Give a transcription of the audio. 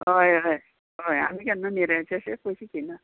हय हय हय आमी केन्ना निऱ्याचे अशें पयशे घेयना